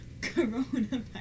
coronavirus